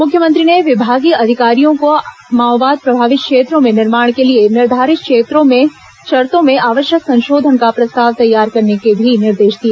मुख्यमंत्री ने विभागीय अधिकारियों को माओवादी प्रभावित क्षेत्रों में निर्माण के लिए निर्धारित शर्तों में आवश्यक संशोधन का प्रस्ताव तैयार करने के भी निर्देश दिए